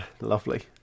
lovely